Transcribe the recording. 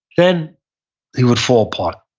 then he would fall apart.